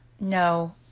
No